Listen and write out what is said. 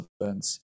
events